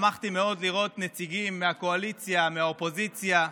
שמחתי מאוד לראות נציגים מהקואליציה, מהאופוזיציה,